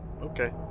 Okay